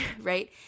right